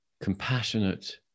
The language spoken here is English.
compassionate